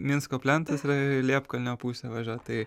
minsko plentas yra į liepkalnio pusę važiuot tai